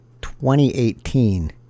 2018